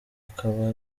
akaba